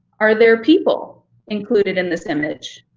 are there people included in this image?